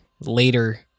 later